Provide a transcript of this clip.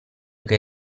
che